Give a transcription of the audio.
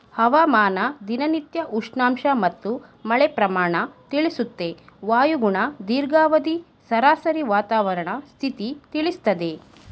ಹವಾಮಾನ ದಿನನಿತ್ಯ ಉಷ್ಣಾಂಶ ಮತ್ತು ಮಳೆ ಪ್ರಮಾಣ ತಿಳಿಸುತ್ತೆ ವಾಯುಗುಣ ದೀರ್ಘಾವಧಿ ಸರಾಸರಿ ವಾತಾವರಣ ಸ್ಥಿತಿ ತಿಳಿಸ್ತದೆ